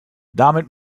damit